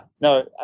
no